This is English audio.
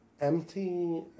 empty